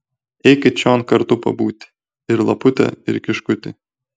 eikit čion kartu pabūti ir lapute ir kiškuti